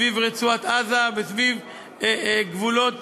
סביב רצועת-עזה וסביב גבולות